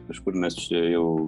kažkur mes čia jau